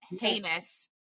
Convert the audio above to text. heinous